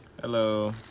Hello